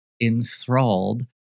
enthralled